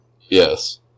Yes